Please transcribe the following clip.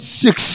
six